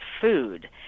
food